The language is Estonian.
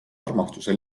armastuse